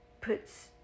puts